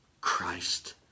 Christ